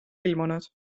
ilmunud